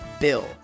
BILL